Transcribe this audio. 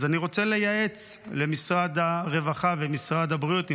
אני רוצה לייעץ למשרד הרווחה ולמשרד הבריאות.